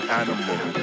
animal